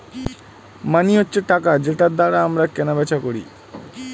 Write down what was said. মানি হচ্ছে টাকা যেটার দ্বারা আমরা কেনা বেচা করি